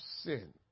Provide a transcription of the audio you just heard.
sin